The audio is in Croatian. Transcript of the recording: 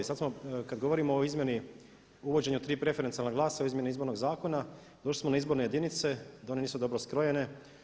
Sad kad govorimo o izmjeni uvođenja tri preferencijalna glasa u izmjeni Izbornog zakona došli smo na izborne jedinice da one nisu dobro skrojene.